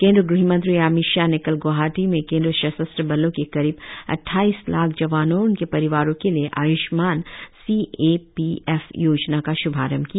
केंद्रीय गृहमंत्री अमित शाह ने कल ग्वाहाटी में केंद्रीय सशस्त्र बलों के करीब अट्ठाईस लाख जवानों और उनके परिवारों के लिए Ayushman C A P F योजना का श्भारंभ किया